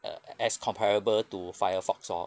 err as comparable to firefox lor